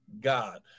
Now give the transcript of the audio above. God